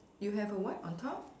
you have a what on top